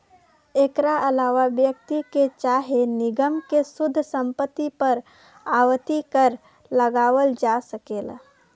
एकरा आलावा व्यक्ति के चाहे निगम के शुद्ध संपत्ति पर आवर्ती कर लगावल जा सकेला